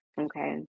okay